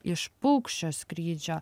iš paukščio skrydžio